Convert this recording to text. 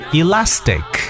elastic